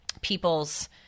people's